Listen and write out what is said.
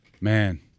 Man